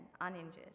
uninjured